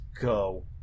go